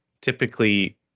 typically